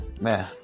man